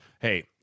hey